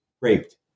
raped